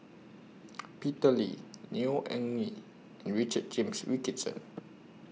Peter Lee Neo Anngee and Richard James Wilkinson